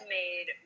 made